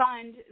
fund